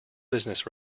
business